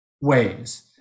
ways